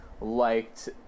liked